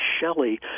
Shelley